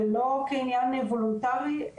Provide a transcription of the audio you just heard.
לא כעניין וולונטרי,